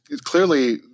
clearly